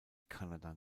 kanada